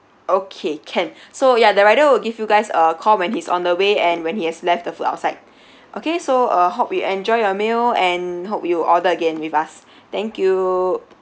okay can so ya the rider will give you guys a call when he's on the way and when he has left the food outside okay so uh hope you enjoy your meal and hope you order again with us thank you